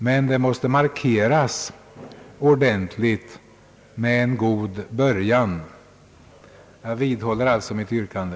Men det måste markeras ordentligt med en god början. Jag vidhåller alltså mitt yrkande.